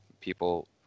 people